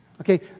Okay